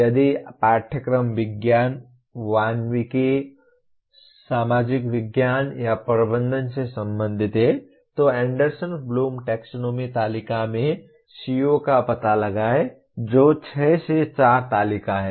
यदि पाठ्यक्रम विज्ञान मानविकी सामाजिक विज्ञान या प्रबंधन से संबंधित है तो एंडरसन ब्लूम टैक्सोनॉमी तालिका में CO का पता लगाएं जो 6 से 4 तालिका है